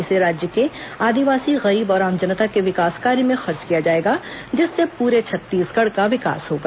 इसे राज्य के आदिवासी गरीब और आम जनता के विकास कार्य में खर्च किया जाएगा जिससे पूरे छत्तीसगढ़ का विकास होगा